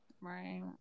Right